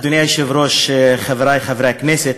אדוני היושב-ראש, חברי חברי הכנסת,